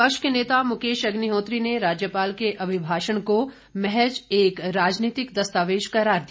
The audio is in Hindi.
विपक्ष के नेता मुकेश अग्निहोत्री ने राज्यपाल के अभिभाषण को महज एक राजनीतिक दस्तावेज करार दिया